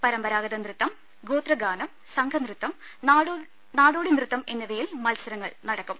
പരമ്പരാഗത നൃത്തം ഗോത്രഗാനം സംഘനൃത്തം നാടോടി നൃത്തം എന്നിവയിൽ മത്സരങ്ങൾ നടക്കും